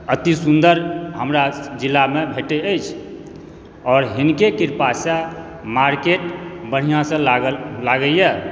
अति सुन्दर हमरा जिलामे भेटै अछि और हिनके कृपासऽ मार्केट बढ़ियासऽ लागल लागैए